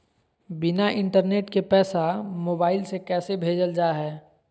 बिना इंटरनेट के पैसा मोबाइल से कैसे भेजल जा है?